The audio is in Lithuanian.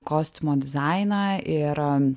kostiumo dizainą ir